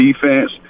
defense